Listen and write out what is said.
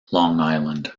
island